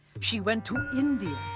she went to india,